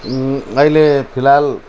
अहिले फिलहाल